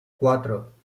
cuatro